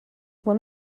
one